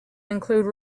include